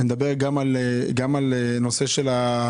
אני מדבר גם על נושא התיירות,